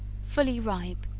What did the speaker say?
fully ripe,